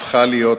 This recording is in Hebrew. הפכה להיות